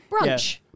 Brunch